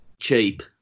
Cheap